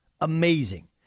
Amazing